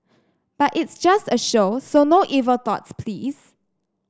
but it's just a show so no evil thoughts please